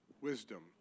wisdom